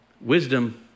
Wisdom